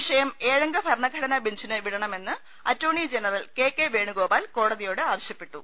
വിഷയം ഏഴംഗ് ഭരണഘടനാ ബെഞ്ചിന് വിടണമെന്ന് attorney general K K Venugopal കോടതിയോട് ആവശ്യപ്പെട്ടു